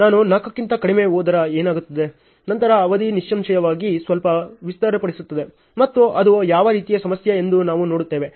ನಾನು 4 ಕ್ಕಿಂತ ಕಡಿಮೆ ಹೋದರೆ ಏನಾಗುತ್ತದೆ ನಂತರ ಅವಧಿ ನಿಸ್ಸಂಶಯವಾಗಿ ಸ್ವಲ್ಪ ವಿಸ್ತರಿಸಲ್ಪಡುತ್ತದೆ ಮತ್ತು ಅದು ಯಾವ ರೀತಿಯ ಸಮಸ್ಯೆ ಎಂದು ನಾವು ನೋಡುತ್ತೇವೆ